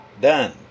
Done